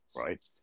right